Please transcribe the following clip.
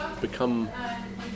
become